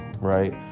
right